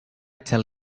tell